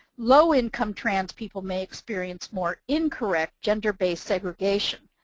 low-income trans people may experience more incorrect gender-based segregation,